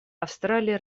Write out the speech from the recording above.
австралия